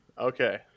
Okay